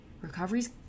recovery's